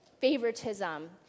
favoritism